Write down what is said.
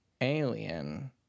alien